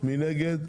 מי נגד?